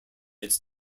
its